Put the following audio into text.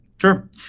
Sure